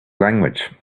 language